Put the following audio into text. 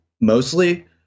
mostly